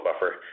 buffer